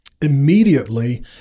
immediately